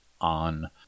on